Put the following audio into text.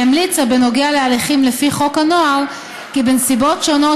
והמליצה בנוגע להליכים לפי חוק הנוער כי בנסיבות שונות,